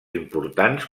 importants